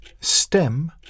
Stem